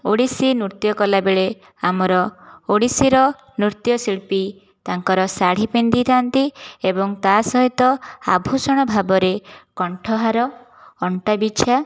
ଓଡ଼ିଶୀ ନୃତ୍ୟ କଲାବେଳେ ଆମର ଓଡ଼ିଶୀର ନୃତ୍ୟ ଶିଳ୍ପୀ ତାଙ୍କର ଶାଢ଼ୀ ପିନ୍ଧିଥାନ୍ତି ଏବଂ ତା' ସହିତ ଆଭୂଷଣ ଭାବରେ କଣ୍ଠହାର ଅଣ୍ଟାବିଛା